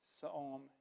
Psalm